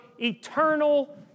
eternal